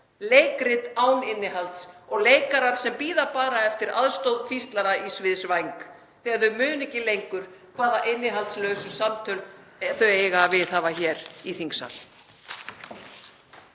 leikrit án innihalds og leikarar sem bíða bara eftir aðstoð hvíslara á sviðsvæng þegar þau muna ekki lengur hvaða innihaldslausu samtöl þau eiga að viðhafa hér í þingsal.